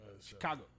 Chicago